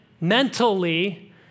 mentally